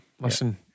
listen